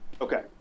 Okay